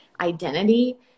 identity